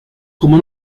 como